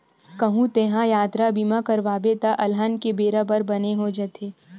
कहूँ तेंहा यातरा बीमा करवाबे त अलहन के बेरा बर बने हो जाथे